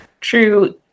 true